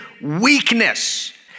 weakness